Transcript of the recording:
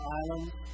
islands